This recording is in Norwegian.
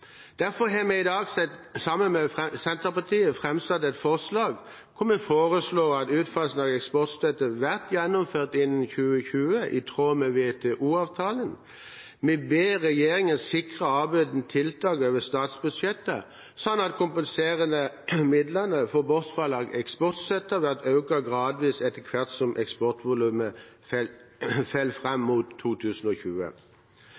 Derfor har vi i dag sammen med Senterpartiet framsatt et forslag hvor vi foreslår at utfasingen av eksportstøtten blir gjennomført innen 2020, i tråd med WTO-avtalen. Vi ber regjeringen «sikre avbøtande tiltak til landbruket over statsbudsjettet, slik at dei kompenserande midlane for bortfallet av eksportstøtta vert auka gradvis etter kvart som eksportvolumet fell